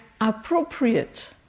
appropriate